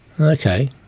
Okay